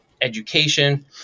education